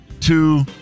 two